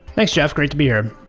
thanks, jeff. great to be here.